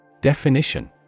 Definition